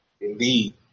indeed